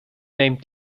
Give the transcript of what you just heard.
name